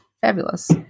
fabulous